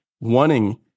wanting